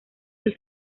sus